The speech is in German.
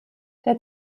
der